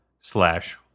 slash